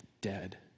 dead